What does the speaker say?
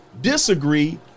disagree